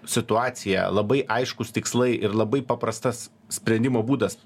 situacija labai aiškūs tikslai ir labai paprastas sprendimo būdas